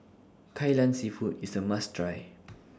Kai Lan Seafood IS A must Try